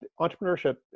entrepreneurship